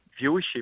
viewership